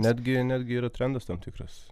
netgi netgi yra trendas tam tikras